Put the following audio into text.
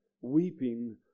weeping